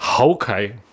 Okay